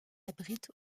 abrite